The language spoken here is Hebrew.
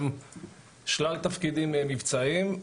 גם שלל תפקידים מבצעיים.